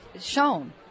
shown